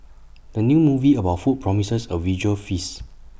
the new movie about food promises A visual feast